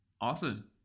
awesome